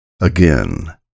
Again